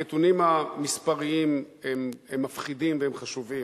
הנתונים המספריים הם מפחידים והם חשובים.